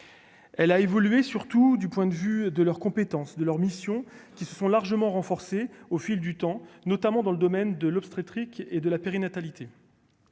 Elle a évolué, surtout du point de vue de leurs compétences, de leurs missions qui se sont largement renforcé au fil du temps, notamment dans le domaine de l'obstétrique et de la périnatalité,